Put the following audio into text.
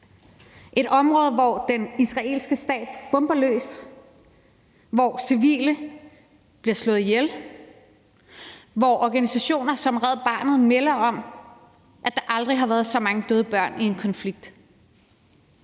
et område, hvor den israelske stat bomber løs, hvor civile bliver slået ihjel, og hvor organisationer som Red Barnet melder om, at der aldrig har været så mange døde børn i en konflikt.